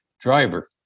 driver